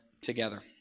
together